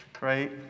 Right